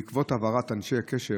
בעקבות העברת אנשי הקשר